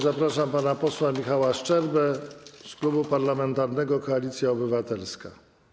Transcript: Zapraszam pana posła Michała Szczerbę z Klubu Parlamentarnego Koalicja Obywatelska.